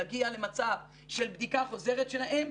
להגיע למצב של בדיקה חוזרת שלהם,